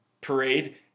parade